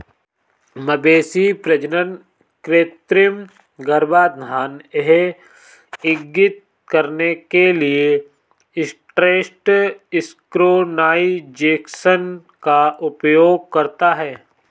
मवेशी प्रजनन कृत्रिम गर्भाधान यह इंगित करने के लिए एस्ट्रस सिंक्रोनाइज़ेशन का उपयोग करता है